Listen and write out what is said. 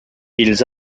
ils